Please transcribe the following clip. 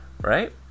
Right